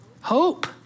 Hope